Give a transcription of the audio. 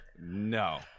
No